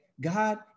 God